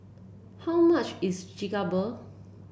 how much is Chigenabe